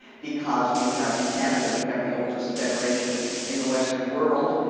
because we have, in canada, we have the oldest federation in the western world.